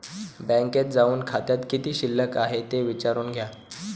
बँकेत जाऊन खात्यात किती शिल्लक आहे ते विचारून घ्या